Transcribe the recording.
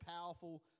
powerful